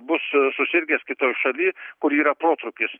bus susirgęs kitoj šaly kur yra protrūkis